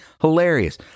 Hilarious